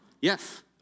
Yes